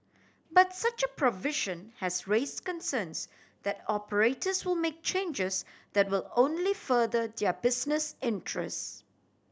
but such a provision has raise concerns that operators will make changes that will only further their business interest